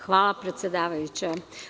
Hvala, predsedavajuća.